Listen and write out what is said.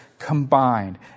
Combined